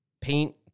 paint